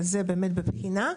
זה באמת בבחינה.